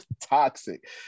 Toxic